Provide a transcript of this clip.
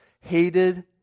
Hated